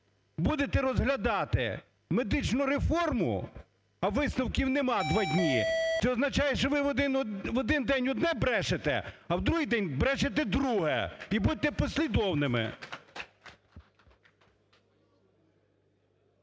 будете розглядати медичну реформу, а висновків нема два дні, це означає, що ви в один день одне брешете, а в другий день брешете друге, і будьте послідовними.